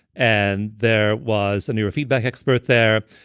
and there was a neurofeedback expert there.